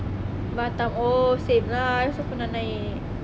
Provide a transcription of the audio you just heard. batam oh same lah I also pernah naik